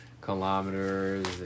kilometers